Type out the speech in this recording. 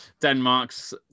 Denmark's